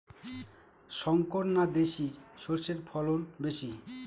শংকর না দেশি সরষের ফলন বেশী?